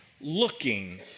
looking